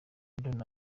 don